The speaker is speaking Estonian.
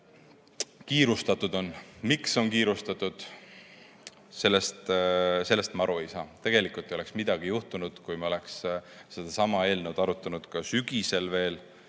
On kiirustatud. Miks on kiirustatud, sellest ma aru ei saa. Tegelikult ei oleks midagi juhtunud, kui me oleksime sedasama eelnõu ka sügisel veel